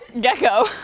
Gecko